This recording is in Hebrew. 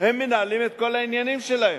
מנהלים את כל העניינים שלהם.